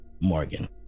Morgan